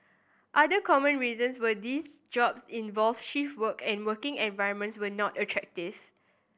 other common reasons were these jobs involved shift work and the working environments were not attractive